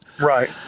right